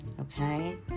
okay